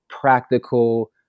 practical